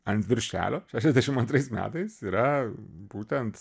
ant viršelio šešiasdešim antrais metais yra būtent